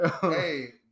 hey